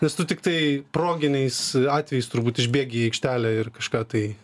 nes tu tiktai proginiais atvejais turbūt išbėgi į aikštelę ir kažką tai